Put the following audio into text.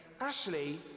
Ashley